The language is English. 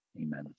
Amen